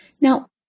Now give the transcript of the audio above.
Now